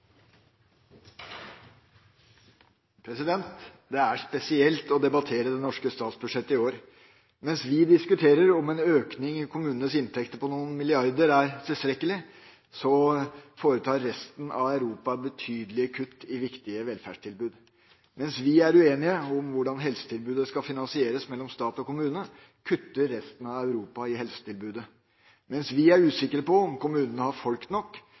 spesielt å debattere det norske statsbudsjettet i år. Mens vi diskuterer om en økning i kommunenes inntekter på noen milliarder er tilstrekkelig, foretar resten av Europa betydelige kutt i viktige velferdstilbud. Mens vi er uenige om hvordan helsetilbudet skal finansieres mellom stat og kommune, kutter resten av Europa i helsetilbudet. Mens vi er usikre på om kommunene har nok folk